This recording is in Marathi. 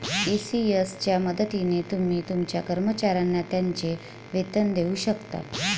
ई.सी.एस च्या मदतीने तुम्ही तुमच्या कर्मचाऱ्यांना त्यांचे वेतन देऊ शकता